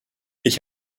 ich